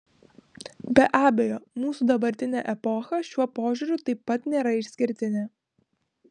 be abejo mūsų dabartinė epocha šiuo požiūriu taip pat nėra išskirtinė